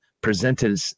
presented